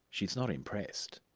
she's not impressed.